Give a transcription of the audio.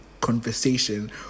conversation